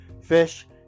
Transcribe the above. fish